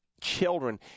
children